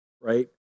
right